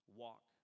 walk